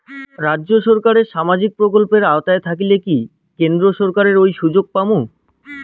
রাজ্য সরকারের সামাজিক প্রকল্পের আওতায় থাকিলে কি কেন্দ্র সরকারের ওই সুযোগ পামু?